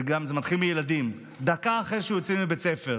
וזה מתחיל מילדים, דקה אחרי שהוא יוצא מבית הספר